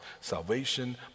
salvation